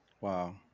Wow